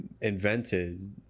invented